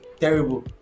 terrible